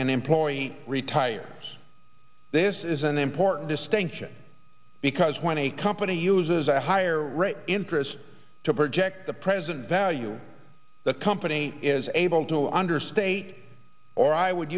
an employee retires this is an important distinction because when a company uses a higher rate interest to project the present value the company is able to understate or i would